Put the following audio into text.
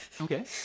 Okay